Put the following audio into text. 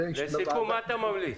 לסיכום, מה אתה ממליץ?